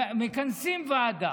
מכנסים ועדה.